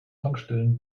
tankstellen